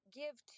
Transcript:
give